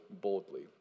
boldly